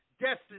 destiny